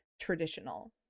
traditional